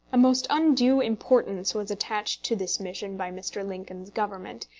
a most undue importance was attached to this mission by mr. lincoln's government,